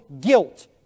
guilt